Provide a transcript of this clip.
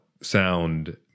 sound